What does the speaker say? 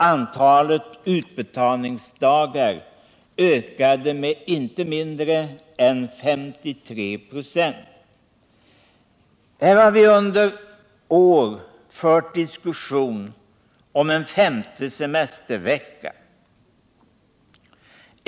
Antalet utbetalningsdagar ökade med inte mindre än 53 96. Här har vi under flera år fört diskussioner om en femte semestervecka.